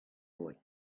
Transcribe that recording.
boy